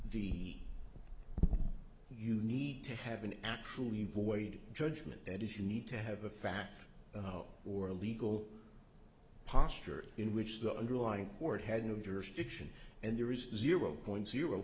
you need to have an actual you void judgment that is you need to have a fact or a legal posture in which the underlying court had no jurisdiction and there is zero point zero